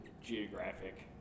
geographic